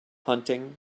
hunting